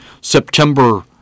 September